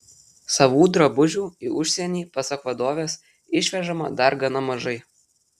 savų drabužių į užsienį pasak vadovės išvežama dar gana mažai